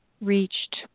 reached